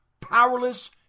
powerless